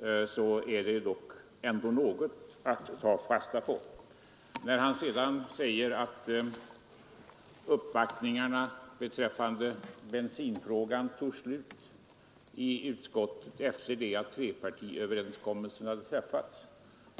är det ändå något att ta fasta på. Sedan säger han att uppvaktningarna beträffande bensinfrågan tog slut i utskottet efter det att trepartiöverenskommelserna hade träffats.